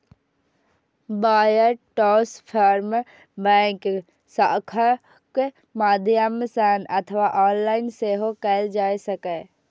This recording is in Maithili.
वायर ट्रांसफर बैंक शाखाक माध्यम सं अथवा ऑनलाइन सेहो कैल जा सकैए